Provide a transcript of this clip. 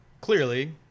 clearly